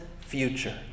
future